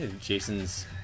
Jason's